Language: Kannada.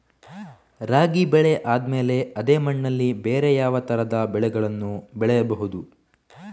ರಾಗಿ ಬೆಳೆ ಆದ್ಮೇಲೆ ಅದೇ ಮಣ್ಣಲ್ಲಿ ಬೇರೆ ಯಾವ ತರದ ಬೆಳೆಗಳನ್ನು ಬೆಳೆಯಬಹುದು?